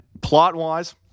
plot-wise